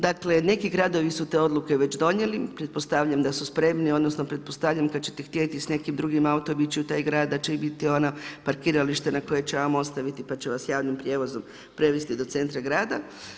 Dakle, neki gradovi su te odluke već donijeli, pretpostavljam da su spremni, odnosno, pretpostavljam kad ćete htjeti s nekim drugim autom ići u taj grad, da će biti ona parkirališta na koja će vam ostaviti, pa će vas javnim prijevozom prevesti do centra grada.